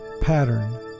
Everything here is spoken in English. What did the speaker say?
pattern